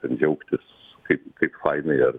ten džiaugtis kaip kaip fainai ar